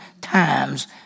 times